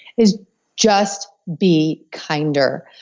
is just be kinder.